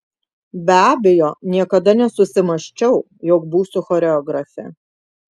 be abejo niekada nesusimąsčiau jog būsiu choreografė